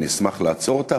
אני אשמח לעצור אותה,